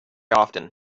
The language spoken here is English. often